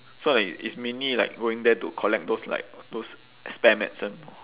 so it it's mainly like going there to collect those like those spare medicine